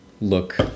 look